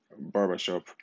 barbershop